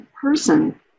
person